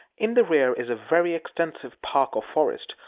in the rear is a very extensive park or forest,